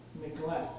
Neglect